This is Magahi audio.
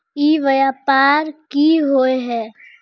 ई व्यापार की होय है?